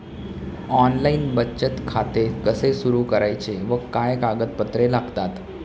Online बचत खाते कसे सुरू करायचे व काय कागदपत्रे लागतात?